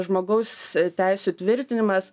žmogaus teisių tvirtinimas